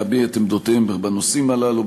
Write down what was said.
להביע את עמדותיהם בנושאים הללו,